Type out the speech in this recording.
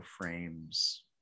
frames